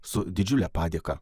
su didžiule padėka